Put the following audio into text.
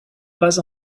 pas